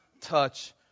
touch